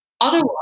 Otherwise